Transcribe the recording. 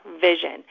vision